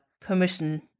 permission